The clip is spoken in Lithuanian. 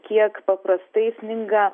kiek paprastai sninga